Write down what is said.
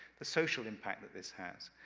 the social impact that this has,